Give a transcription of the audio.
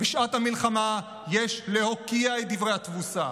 בשעת המלחמה, יש להוקיע את דברי התבוסה.